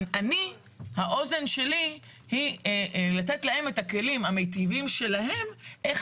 האוזן שלי היא לתת להם את הכלים המיטיבים שלהם איך